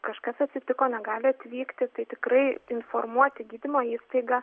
kažkas atsitiko negali atvykti tai tikrai informuoti gydymo įstaigą